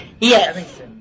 Yes